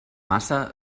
massa